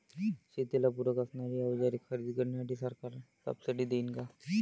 शेतीला पूरक असणारी अवजारे खरेदी करण्यासाठी सरकार सब्सिडी देईन का?